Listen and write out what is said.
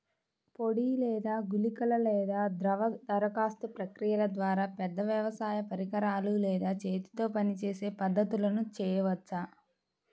పొడి లేదా గుళికల లేదా ద్రవ దరఖాస్తు ప్రక్రియల ద్వారా, పెద్ద వ్యవసాయ పరికరాలు లేదా చేతితో పనిచేసే పద్ధతులను చేయవచ్చా?